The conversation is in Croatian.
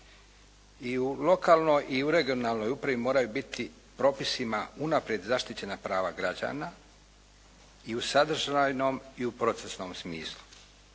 I u lokalnoj i u regionalnoj upravi moraju biti propisima unaprijed zaštićena prava građana i u sadržajnom i u procesualnom smislu.